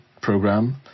program